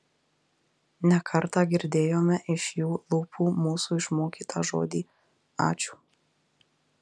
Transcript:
ne kartą girdėjome iš jų lūpų mūsų išmokytą žodį ačiū